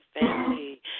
family